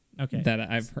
Okay